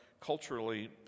culturally